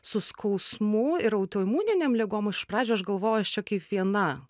su skausmu ir autoimuninėm ligom iš pradžių aš galvojau aš čia kaip viena